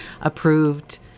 approved